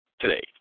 today